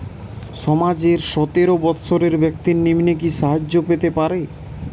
সমাজের সতেরো বৎসরের ব্যাক্তির নিম্নে কি সাহায্য পেতে পারে?